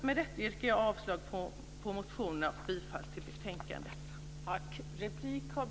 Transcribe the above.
Med detta yrkar jag avslag på motionerna och bifall till utskottets hemställan i betänkandet.